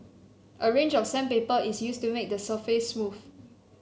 a range of sandpaper is used to make the surface smooth